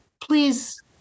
Please